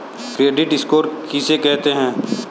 Credit score किसे कहते हैं?